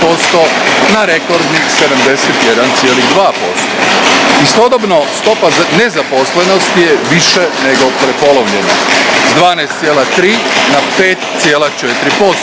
na rekordnih 71,2%. Istodobno, stopa nezaposlenosti je više nego prepolovljena, s 12,3% na 5,4%